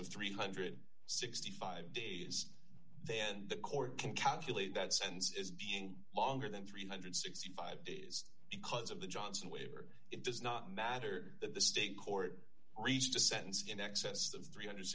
of three hundred and sixty five days then the court can calculate that sends is being longer than three hundred and sixty five days because of the johnson waiver it does not matter that the state court received a sentence in excess of three hundred and